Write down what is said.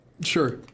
Sure